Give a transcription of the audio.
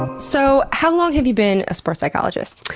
and so how long have you been a sports psychologist?